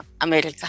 America